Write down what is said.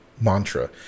mantra